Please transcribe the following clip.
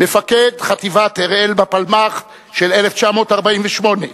מפקד חטיבת הראל בפלמ"ח של 1948,